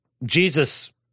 Jesus